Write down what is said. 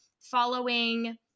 following